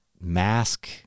mask